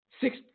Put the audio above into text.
Six